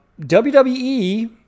WWE